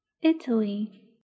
Italy